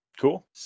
Cool